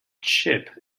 chip